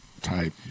type